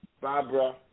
Barbara